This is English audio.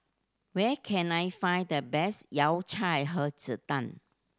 where can I find the best Yao Cai Hei Ji Tang